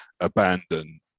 abandon